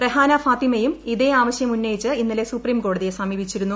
രെഹാന ഫാത്തിമയും ഇതേ ആവശ്യം ഉന്നയിച്ച് ഇന്നലെ സുപ്രീംകോടതിയെ സമീപിച്ചിരുന്നു